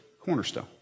cornerstone